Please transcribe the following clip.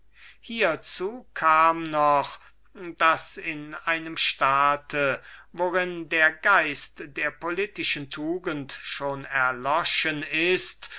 hiezu kam noch daß in einem staat worin der geist der politischen tugend schon erloschen ist